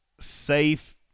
safe